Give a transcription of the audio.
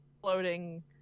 floating